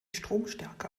stromstärke